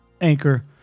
Anchor